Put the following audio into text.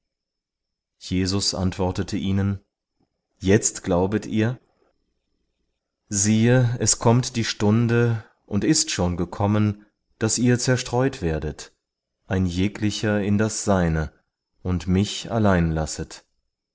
jesus antwortete ihnen jetzt glaubet ihr siehe es kommt die stunde und ist schon gekommen daß ihr zerstreut werdet ein jeglicher in das seine und mich allein lasset